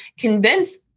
convince